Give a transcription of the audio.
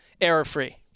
error-free